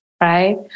right